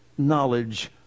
Knowledge